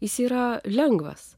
jis yra lengvas